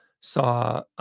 saw